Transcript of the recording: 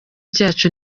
cyacu